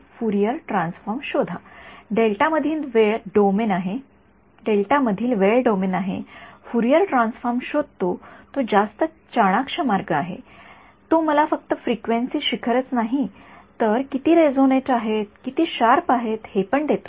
Fourier transform शोधा delta मधील वेळ डोमेन आहे फुरियर ट्रान्सफॉर्म शोधतो जो जास्त चाणाक्ष मार्ग आहे तो मला फक्त फ्रिक्वेन्सी शिखरच नाही तर किती रेसॉनेट आहे किती शार्प आहे हे पण देतो